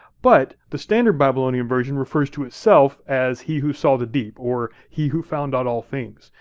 but the standard babylonian version refers to itself as, he who saw the deep, or, he who found out all things,